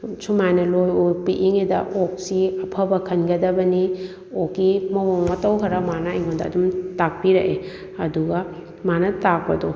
ꯁꯨꯃꯥꯏꯅ ꯂꯣꯏꯌꯨ ꯑꯣꯛ ꯄꯤꯛꯏꯉꯩꯗ ꯑꯣꯛꯁꯤ ꯑꯐꯕ ꯈꯟꯒꯗꯕꯅꯤ ꯑꯣꯛꯀꯤ ꯃꯑꯣꯡ ꯃꯇꯧ ꯈꯔ ꯃꯥꯅ ꯑꯩꯉꯣꯡꯗ ꯑꯗꯨꯝ ꯇꯥꯛꯄꯤꯔꯛꯑꯦ ꯑꯗꯨꯒ ꯃꯥꯅ ꯇꯥꯛꯄꯗꯣ